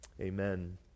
Amen